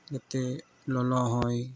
ᱡᱟᱛᱮ ᱞᱚᱞᱚ ᱦᱚᱭ